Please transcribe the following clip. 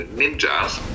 ninjas